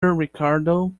ricardo